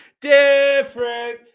different